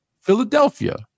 Philadelphia